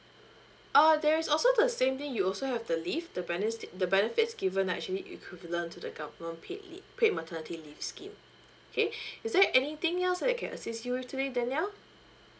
uh there is also the same thing you also have to leave the benest~ the benefits given actually equivalent to the government paid leave paid maternity leave scheme okay is there anything else I can assist you with today danial